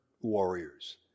warriors